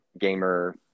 gamer